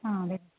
ಹಾಂ ಅದೆ